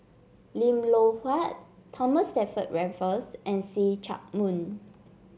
Lim Loh Huat Thomas Stamford Raffles and See Chak Mun